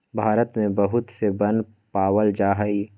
भारत में बहुत से वन पावल जा हई